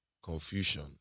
Confusion